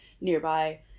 nearby